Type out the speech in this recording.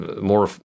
more